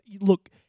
look